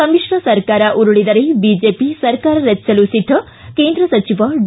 ಸಮಿತ್ರ ಸರ್ಕಾರ ಉರುಳಿದರೆ ಬಿಜೆಪಿ ಸರ್ಕಾರ ರಚಿಸಲು ಸಿದ್ದ ಕೇಂದ್ರ ಸಚಿವ ಡಿ